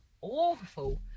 awful